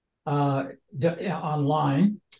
online